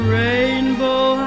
rainbow